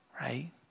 right